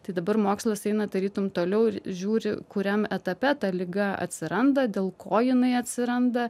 tai dabar mokslas eina tarytum toliau ir žiūri kuriam etape ta liga atsiranda dėl ko jinai atsiranda